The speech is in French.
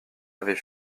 avait